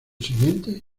siguiente